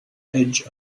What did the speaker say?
edge